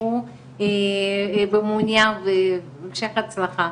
יתמכו במוניה והמשך הצלחה,